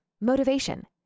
motivation